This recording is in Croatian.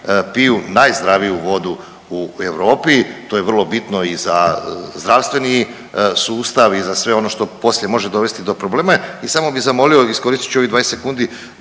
piju najzdraviju vodu u Europi, to je vrlo bitno i za zdravstveni sustav i za sve ono što poslije može dovesti do problema. I samo bi zamolio, iskoristit ću ovih 20 sekundi,